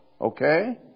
Okay